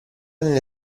nelle